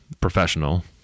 professional